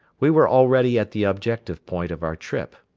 we were already at the objective point of our trip.